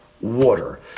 water